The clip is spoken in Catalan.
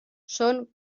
són